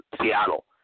Seattle